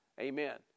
Amen